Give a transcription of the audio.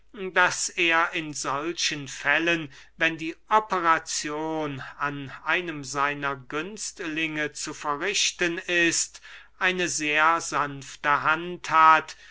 daß er in solchen fällen wenn die operazion an einem seiner günstlinge zu verrichten ist eine sehr sanfte hand hat